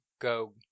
go